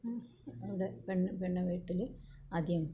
അവിടെ പെണ്ണ് പെണ്ണ് വീട്ടിൽ ആദ്യം